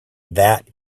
that